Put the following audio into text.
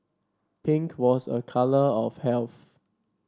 pink was a colour of health